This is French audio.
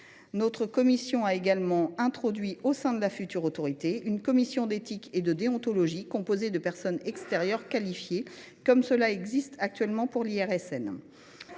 Notre commission a également créé, au sein de la future autorité, une commission d’éthique et de déontologie composée de personnes extérieures qualifiées, sur le modèle de celle qui existe actuellement pour l’IRSN.